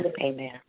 Amen